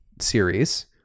series